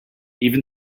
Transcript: even